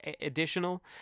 additional